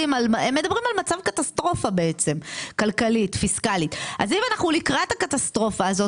על מצב של קטסטרופה כלכלית-פיסקלית ואם אנחנו לקראת הקטסטרופה הזאת,